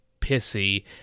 pissy